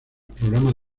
programas